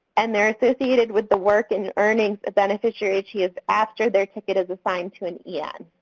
and they're associated with the work and earnings a beneficiary achieves after their ticket is assigned to an en.